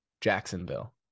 Jacksonville